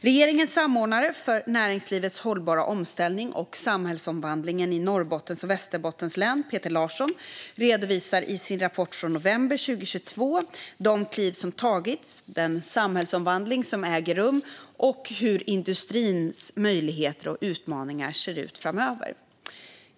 Regeringens samordnare för näringslivets hållbara omställning och samhällsomvandlingen i Norrbottens och Västerbottens län, Peter Larsson, redovisar i sin rapport från november 2022 de kliv som tagits, den samhällsomvandling som äger rum och hur industrins möjligheter och utmaningar ser ut framöver.